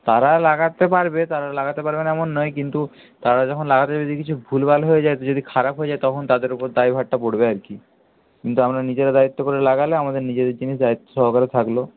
তারা লাগাতে পারবে তারা লাগাতে পারবে না এমন নয় কিন্তু তারা যখন লাগাতে যাবে যদি কিছু ভুলভাল হয়ে যায় যদি খারাপ হয়ে যায় তখন তাদের ওপর দায় ভারটা পড়বে আর কি কিন্তু আমরা নিজেরা দায়িত্ব করে লাগালে আমাদের নিজেদের জিনিস দায়িত্ব সহকারে থাকলো